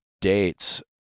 dates